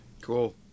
Cool